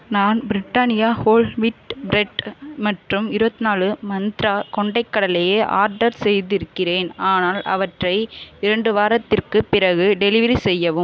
நான் Britannia whole wheat bread மற்றும் இருபத்துநாலு மந்த்ரா கொண்டைக் கடலையை ஆர்டர் செய்திருக்கிறேன் ஆனால் அவற்றை இரண்டு வாரத்திற்குப் பிறகு டெலிவரி செய்யவும்